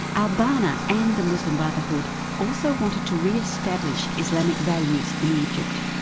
al-banna and the muslim brotherhood also wanted to re-establish islamic values in egypt.